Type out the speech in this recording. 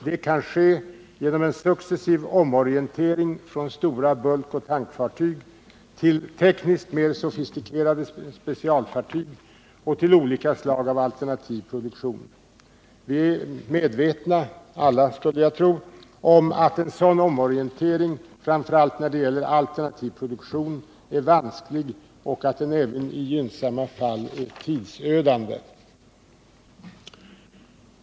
Det kan ske genom en successiv omorientering från stora bulkoch tankfartyg till tekniskt mindre sofistikerade specialfartyg och till olika slag av alternativ produktion. Vi är alla medvetna, skulle jag tro, om att en sådan omorientering, framför allt när det gäller alternativ produktion, är vansklig och att den även i gynnsamma fall är tidsödande.